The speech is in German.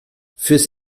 fürs